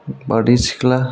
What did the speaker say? बारदै सिख्ला